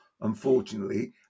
unfortunately